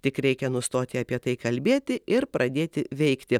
tik reikia nustoti apie tai kalbėti ir pradėti veikti